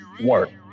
work